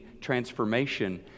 transformation